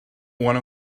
one